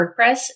WordPress